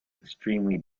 extremely